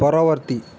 ପରବର୍ତ୍ତୀ